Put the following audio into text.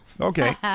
Okay